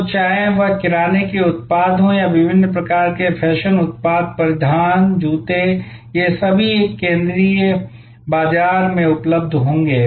तो चाहे वह किराने के उत्पाद हों या विभिन्न प्रकार के फैशन उत्पाद परिधान जूते ये सभी एक केंद्रीय बाजार में उपलब्ध होंगे